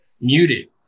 muted